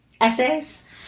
essays